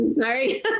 Sorry